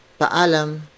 paalam